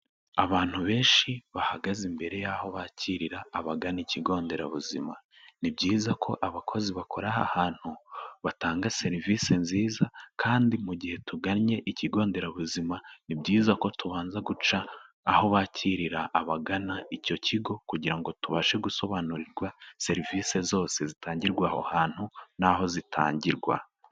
Abantu benshi bahagaze imbere y'aho bakirira abagana ikigo nderabuzima, ni byiza ko abakozi bakora aha hantu batanga serivisi nziza kandi mu gihe tugannye ikigo nderabuzima, ni byiza ko tubanza guca aho bakirira abagana icyo kigo kugira ngo tubashe gusobanurirwa serivisi zose zitangirwa aho hantu n'aho zitangirwa.